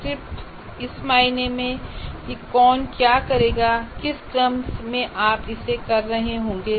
script इस मायने में कि कौन क्या करेगा और किस क्रम में आप इसे कर रहे होंगे